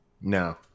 no